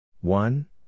one